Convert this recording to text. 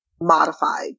modified